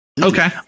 Okay